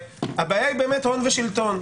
הבעיה היא באמת הון ושלטון.